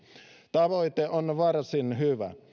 tavoite on varsin hyvä